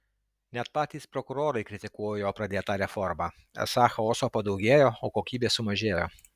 net patys prokurorai kritikuoja jo pradėtą reformą esą chaoso padaugėjo o kokybės sumažėjo